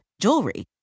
jewelry